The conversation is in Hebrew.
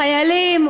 חיילים,